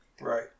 Right